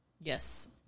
Yes